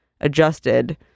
adjusted